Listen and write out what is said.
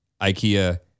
IKEA